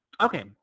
Okay